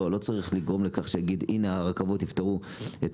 לא, לא צריך לגרום לכך שיגיד, הנה הרכבות יפתרו את